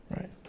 right